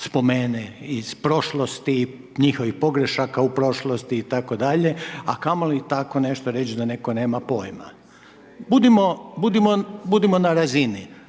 iz prošlosti, njihovih pogrešaka u prošlosti itd., a kamoli tako reći da netko nema pojma. Budimo na razini,